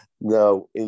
No